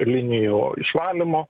linijų išvalymo